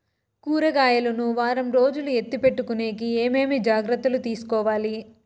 కూరగాయలు ను వారం రోజులు ఎత్తిపెట్టుకునేకి ఏమేమి జాగ్రత్తలు తీసుకొవాలి?